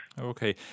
Okay